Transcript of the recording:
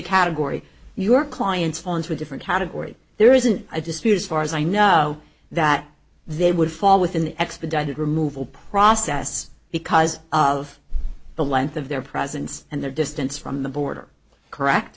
category your clients fall into a different category there isn't a dispute as far as i know that they would fall within the expedited removal process because of the length of their presence and their distance from the border correct